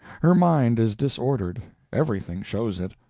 her mind is disordered everything shows it.